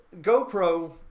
GoPro